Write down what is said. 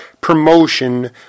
promotion